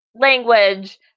language